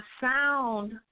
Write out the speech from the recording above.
sound